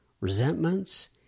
resentments